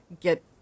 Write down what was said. get